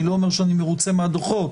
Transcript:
אני לא אומר שאני מרוצה מהדוחות,